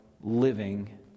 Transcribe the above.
living